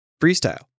freestyle